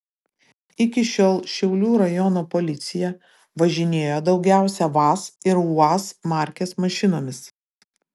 iki šiol šiaulių rajono policija važinėjo daugiausiai vaz ir uaz markės mašinomis